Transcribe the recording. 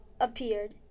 appeared